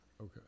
Okay